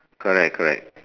correct correct